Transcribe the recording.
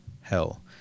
hell